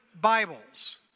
Bibles